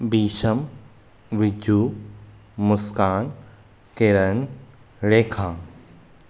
Bisham Vijju Muskan Kiran Rekha